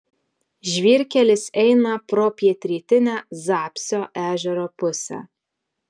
žvyrkelis eina pro pietrytinę zapsio ežero pusę